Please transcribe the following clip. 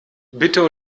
bitte